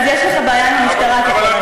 אז יש לך בעיה עם המשטרה, ככל הנראה.